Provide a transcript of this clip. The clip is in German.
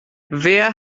wer